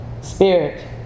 Spirit